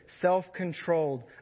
self-controlled